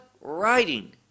writing